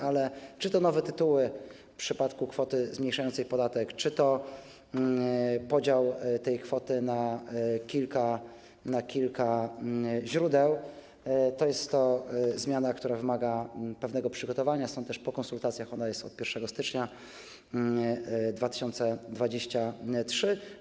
Ale czy to nowe tytuły w przypadku kwoty zmniejszającej podatek, czy to podział tej kwoty na kilka źródeł - to jest zmiana, która wymaga prawnego przygotowania, stąd też po konsultacjach ona jest od 1 stycznia 2023 r.